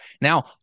now